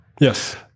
Yes